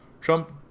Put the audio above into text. Trump